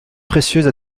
précieuse